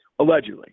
Allegedly